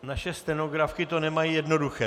Naše stenografky to s vámi nemají jednoduché.